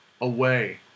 away